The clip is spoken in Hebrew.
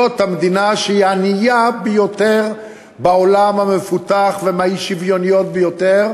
זאת המדינה שהיא הענייה ביותר בעולם המפותח ומהאי-שוויוניות ביותר.